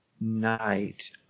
night